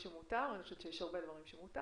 ואני חושבת שיש הרבה דברים שמותר